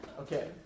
Okay